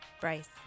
Bryce